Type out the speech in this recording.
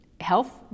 health